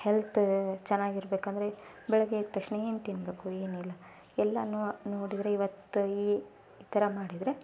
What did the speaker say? health ಚೆನ್ನಾಗಿರ್ಬೇಕಂದ್ರೆ ಬೆಳಗ್ಗೆ ಎದ್ದ ತಕ್ಷಣ ಏನು ತಿನ್ನಬೇಕು ಏನಿಲ್ಲ ಎಲ್ಲನು ನೋಡಿದರೆ ಇವತ್ತು ಈ ಈ ಥರ ಮಾಡಿದರೆ